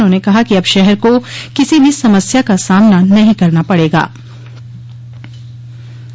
उन्होंने कहा कि अब शहर को किसी भी समस्या का सामना नहीं करना पड़े गा